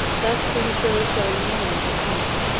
thus prematurely showing the enemy his hand.